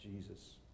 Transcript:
Jesus